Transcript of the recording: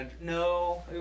No